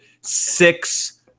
six